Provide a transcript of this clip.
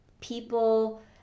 people